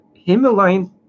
Himalayan